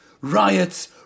Riots